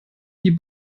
die